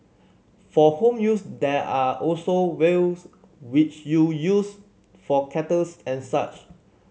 for home use there are also vials which you use for kettles and such